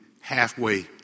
halfway